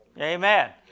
Amen